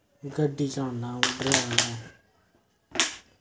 गड्डी चलाना अ'ऊं ड्रैवर ऐं